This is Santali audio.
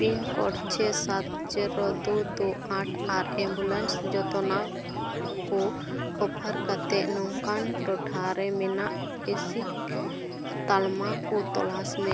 ᱯᱤᱱ ᱠᱳᱰ ᱪᱷᱚᱭ ᱥᱟᱛ ᱡᱤᱨᱳ ᱫᱩ ᱫᱩ ᱟᱴ ᱟᱨ ᱮᱢᱵᱩᱞᱮᱱᱥ ᱡᱚᱛᱚᱱᱟᱣ ᱠᱚ ᱚᱯᱷᱟᱨ ᱠᱟᱛᱮᱫ ᱱᱚᱝᱠᱟᱱ ᱴᱚᱴᱷᱟ ᱨᱮ ᱢᱮᱱᱟᱜ ᱮᱥᱤᱠ ᱛᱟᱞᱢᱟ ᱠᱚ ᱛᱚᱞᱟᱥ ᱢᱮ